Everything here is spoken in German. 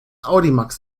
audimax